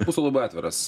būsiu labai atviras